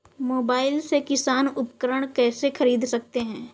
Mobile से किसान उपकरण कैसे ख़रीद सकते है?